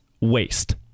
waste